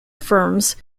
firms